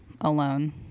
alone